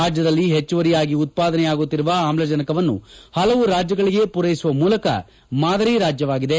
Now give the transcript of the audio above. ರಾಜ್ಲದಲ್ಲಿ ಹೆಚ್ಲುವರಿಯಾಗಿ ಉತ್ಪಾದನೆಯಾಗುತ್ತಿರುವ ಆಮ್ಲಜನಕವನ್ನು ಹಲವು ರಾಜ್ಜಗಳಿಗೆ ಪೂರೈಸುವ ಮೂಲಕ ಮಾದರಿ ರಾಜ್ಯವಾಗಿದೆ